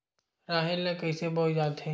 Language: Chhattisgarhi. राहेर ल कइसे बोय जाथे?